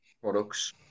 products